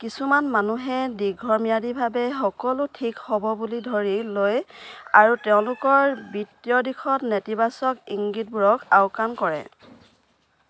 কিছুমান মানুহে দীৰ্ঘম্যাদীভাৱে সকলো ঠিক হ'ব বুলি ধৰি লৈ আৰু তেওঁলোকৰ বিত্তীয় দিশত নেতিবাচক ইংগিতবোৰক আওকাণ কৰে